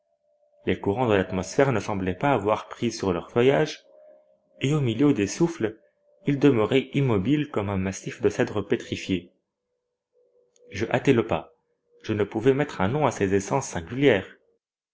les courants de l'atmosphère ne semblaient pas avoir prise sur leur feuillage et au milieu des souffles ils demeuraient immobiles comme un massif de cèdres pétrifiés je hâtai le pas je ne pouvais mettre un nom à ces essences singulières